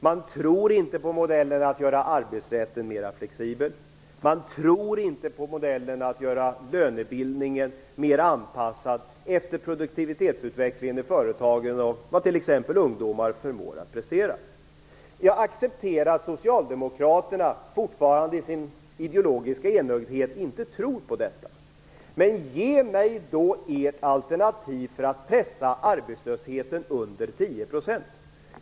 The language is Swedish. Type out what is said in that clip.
Man tror inte på modellen att göra arbetsrätten mera flexibel. Man tror inte på modellen att göra lönebildningen mera anpassad efter produktivitetsutvecklingen i företagen och efter vad t.ex. ungdomar förmår att prestera. Jag accepterar att socialdemokraterna i sin ideologiska enögdhet fortfarande inte tror på detta. Ge mig då ert alternativ för att pressa arbetslösheten under 10 %.